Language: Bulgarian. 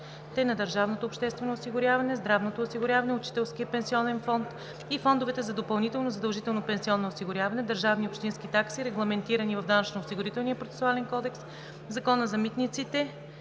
на държавното обществено осигуряване, здравното осигуряване, Учителския пенсионен фонд и фондовете за допълнително задължително пенсионно осигуряване, държавни и общински такси, регламентирани в Данъчно-осигурителния процесуален кодекс, Закона за митниците,